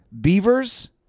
Beavers